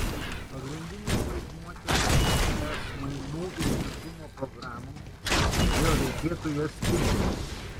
pagrindinis vaidmuo čia tenka es mainų ir judumo programoms todėl reikėtų jas stiprinti